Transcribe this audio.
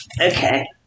okay